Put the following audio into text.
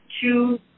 two